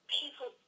people